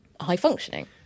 high-functioning